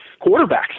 quarterbacks